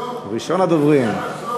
ראשון הדוברים.